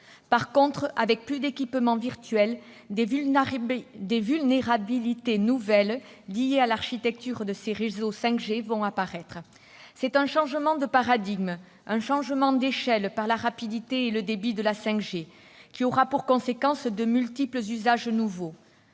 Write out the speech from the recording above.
revanche, avec plus d'équipements virtuels, des vulnérabilités nouvelles liées à l'architecture de ces réseaux 5G vont apparaître. C'est un changement de paradigme, un changement d'échelle par la rapidité et le débit de la 5G, qui aura pour conséquence de multiples usages nouveaux.